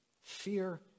Fear